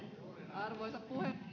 arvoisa puhemies